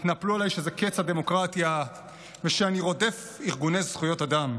התנפלו עליי שזה קץ הדמוקרטיה ושאני רודף ארגוני זכויות אדם.